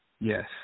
yes